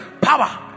power